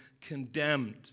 condemned